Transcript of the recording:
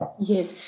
Yes